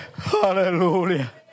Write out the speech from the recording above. Hallelujah